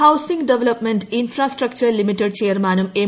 housing development ഇൻഫ്രാ സ്ട്രക്ചർ limited ചെയർമാനും എം